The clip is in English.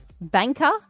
banker